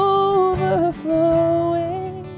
overflowing